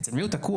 אצל מי הוא תקוע,